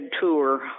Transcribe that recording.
tour